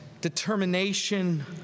determination